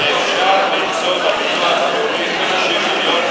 אפשר למצוא בביטוח הלאומי 50 מיליון,